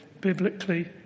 biblically